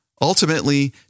Ultimately